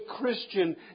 Christian